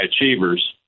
achievers